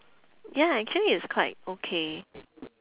ya actually it's quite okay